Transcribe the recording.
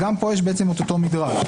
גם פה יש את אותו המידרג: